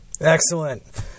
Excellent